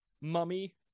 mummy